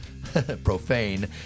Profane